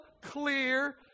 clear